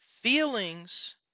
Feelings